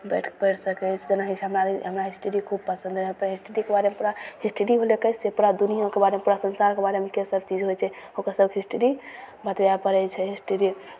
बैठिके पढ़ि सकै छै जेनाहि हमरा हमरा हिस्ट्री खूब पसन्द हइ हिस्ट्रीके बारेमे पूरा हिस्ट्री होलै कइसे पूरा दुनिआके बारेमे पूरा संसारके बारेमे के सब चीज होइ छै ओकर सबके हिस्ट्री बतबै पड़ै छै हिस्ट्री